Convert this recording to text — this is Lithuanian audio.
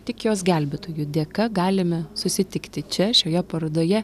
tik jos gelbėtojų dėka galime susitikti čia šioje parodoje